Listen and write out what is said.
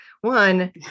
one